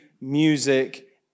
music